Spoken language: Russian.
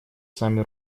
сами